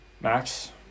Max